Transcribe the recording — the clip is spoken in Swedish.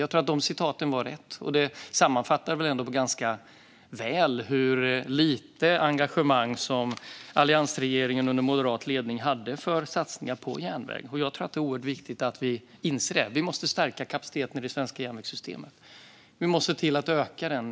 Jag tror att de citaten var rätt, och de sammanfattar ändå ganska väl hur lite engagemang som alliansregeringen under moderat ledning hade för satsningar på järnväg. Jag tror att det är oerhört viktigt att vi inser det. Vi måste stärka kapaciteten i det svenska järnvägssystemet och vi måste se till att öka den.